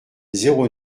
zéro